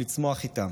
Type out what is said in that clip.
לצמוח איתם.